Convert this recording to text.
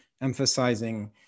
emphasizing